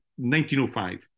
1905